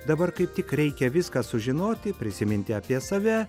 dabar kaip tik reikia viską sužinoti prisiminti apie save